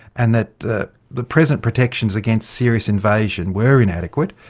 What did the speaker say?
and that the the present protections against serious invasion were inadequate,